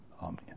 Amen